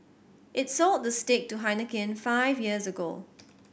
it sold the stake to Heineken five years ago